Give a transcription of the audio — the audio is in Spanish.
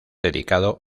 dedicado